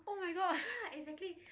oh my god